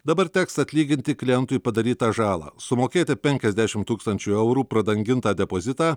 dabar teks atlyginti klientui padarytą žalą sumokėti penkiasdešim tūkstančių eurų pradangintą depozitą